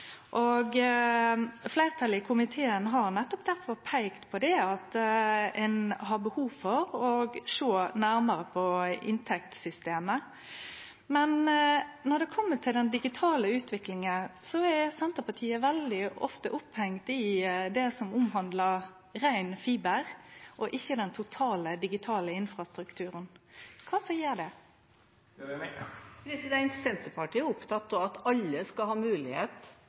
Fleirtalet i komiteen har nettopp difor peikt på det, at ein har behov for å sjå nærare på inntektssystemet. Men når det kjem til den digitale utviklinga, er Senterpartiet veldig ofte opphengt i det som omhandlar rein fiber, og ikkje den totale digitale infrastrukturen. Kva er det som gjer det? Senterpartiet er opptatt av at alle skal ha mulighet